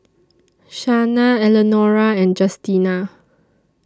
Shana Eleanora and Justina